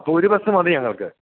അപ്പോള് ഒരു ബസ് മതി ഞങ്ങൾക്ക്